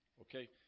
Okay